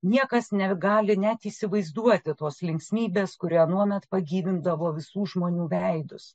niekas negali net įsivaizduoti tos linksmybės kuri anuomet pagyvindavo visų žmonių veidus